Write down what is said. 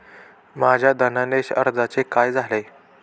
माझ्या धनादेश अर्जाचे काय झाले?